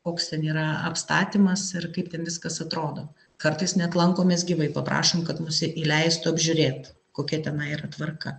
koks ten yra apstatymas ir kaip ten viskas atrodo kartais net lankomės gyvai paprašom kad mus įleistų apžiūrėt kokia tenai yra tvarka